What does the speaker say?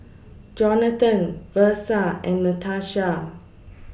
Johnathan Versa and Natasha